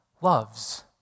loves